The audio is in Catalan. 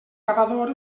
cavador